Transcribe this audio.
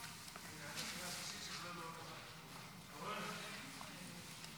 חוק לתיקון סדרי הדין (חקירת עדים) (תיקון מס' 10),